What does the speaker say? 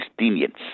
Palestinians